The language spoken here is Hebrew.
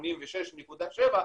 86.7%,